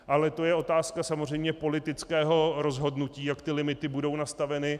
Ale to je otázka samozřejmě politického rozhodnutí, jak limity budou nastaveny.